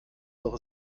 doch